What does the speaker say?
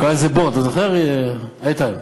הוא קרא לזה בור, אתה זוכר, איתן,